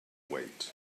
wait